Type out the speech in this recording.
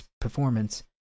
performance